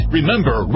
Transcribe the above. Remember